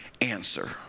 answer